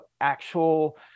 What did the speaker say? actual